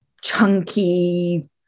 chunky